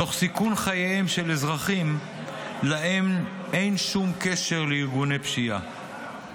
תוך סיכון חייהם של אזרחים שאין להם שום קשר לארגוני פשיעה.